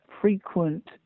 frequent